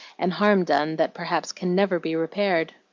and harm done that perhaps can never be repaired.